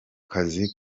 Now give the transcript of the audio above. kazi